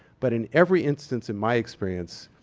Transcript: but in every instance, in my experience,